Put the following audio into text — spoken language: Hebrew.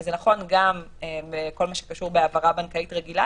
זה נכון גם בכל מה שקשור בהעברה בנקאית רגילה